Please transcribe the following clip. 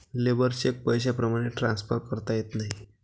labour cheque पैशाप्रमाणे transfer करता येत नाही